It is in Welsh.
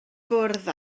bwrdd